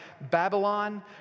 Babylon